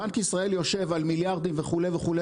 בנק ישראל יושב על מיליארדים וכו' וכו',